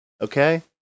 Okay